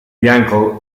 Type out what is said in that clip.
bianco